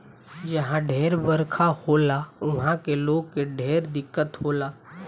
जहा ढेर बरखा होला उहा के लोग के ढेर दिक्कत होला